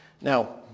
Now